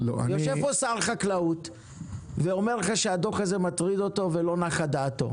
יושב פה משרד חקלאות ואומר לך שהדוח הזה מטריד אותו ולא נחה דעתו,